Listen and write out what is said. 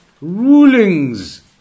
rulings